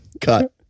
Cut